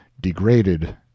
degraded